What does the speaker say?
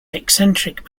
eccentric